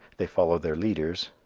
they followed their leaders,